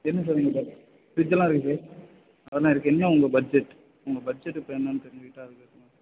இருக்குது சார் இருக்குது sir fridge எல்லாம் இருக்குது அதெல்லாம் இருக்குது என்ன உங்கள் பட்ஜெட் உங்கள் பட்ஜெட் இப்போ என்னென்னு தெரிஞ்சிக்கிட்டால் அதுக்கு ஏற்ற மாதிரி